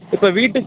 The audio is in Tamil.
இப்போ வீட்டு